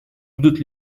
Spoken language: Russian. будут